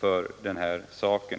för den här saken är mycket stark.